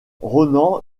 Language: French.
ronan